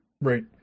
Right